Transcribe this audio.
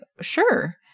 Sure